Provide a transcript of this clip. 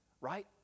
Right